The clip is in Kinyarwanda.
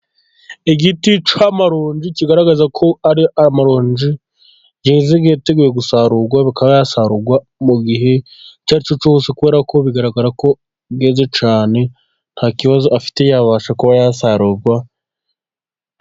Igiti cyamaronji kigaragaza ko ari amaronji yeze yiteguye gusarurwa akaba yasarurwa mu gihe icyaricyo cyose kubera ko bigaragara ko yeze cyane nta kibazo afite yabasha kuba yasarurwa.